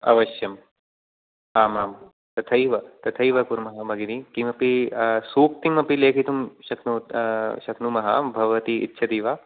अवश्यं आमाम् तथैव तथैव कुर्मः भगिनी किमपि सूक्तिमपि लेखितुं शक्नुमः भवती इच्छति वा